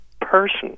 person